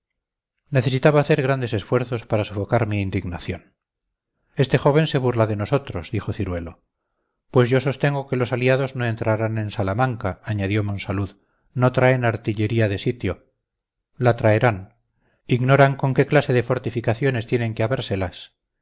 necesitaba hacer grandes esfuerzos para sofocar mi indignación este joven se burla de nosotros dijo ciruelo pues yo sostengo que los aliados no entrarán en salamanca añadió monsalud no traen artillería de sitio la traerán ignoran con qué clase de fortificaciones tienen que habérselas el